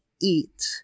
eat